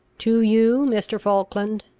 to you, mr. falkland,